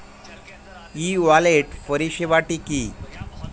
ই wallet পরিষেবাটি কি?